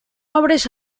obres